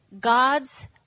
God's